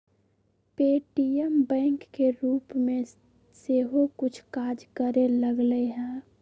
Paytm bank के रूप में सेहो कुछ काज करे लगलै ह